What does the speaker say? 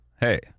hey